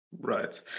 Right